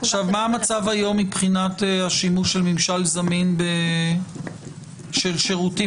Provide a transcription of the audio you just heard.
עכשיו מה המצב היום מבחינת השימוש של ממשל זמין או של שירותים